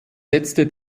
setzte